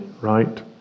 right